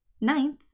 Ninth